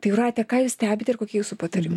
tai jūrate ką jūs stebit ir kokie jūsų patarimai